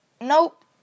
Nope